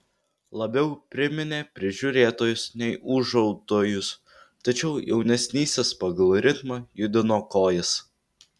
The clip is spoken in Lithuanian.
labiau priminė prižiūrėtojus nei ūžautojus tačiau jaunesnysis pagal ritmą judino kojas